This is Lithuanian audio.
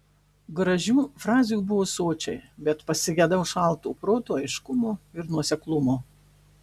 gražių frazių buvo sočiai bet pasigedau šalto proto aiškumo ir nuoseklumo